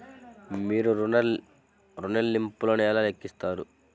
మీరు ఋణ ల్లింపులను ఎలా లెక్కిస్తారు?